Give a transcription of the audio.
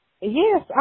Yes